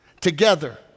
together